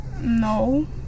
No